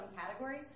category